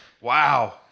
Wow